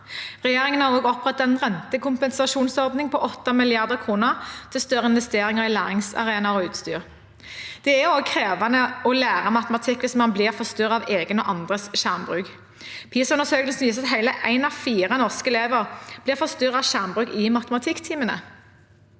Regjeringen har også opprettet en rentekompensasjonsordning på 8 mrd. kr til større investeringer i læringsarenaer og utstyr. Det er også krevende å lære matematikk hvis man blir forstyrret av egen og andres skjermbruk. PISA-undersøkelsen viser at hele én av fire norske elever blir forstyrret av skjermbruk i matematikktimene.